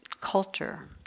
culture